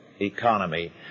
economy